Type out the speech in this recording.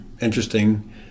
interesting